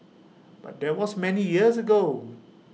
but that was many years ago